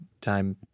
time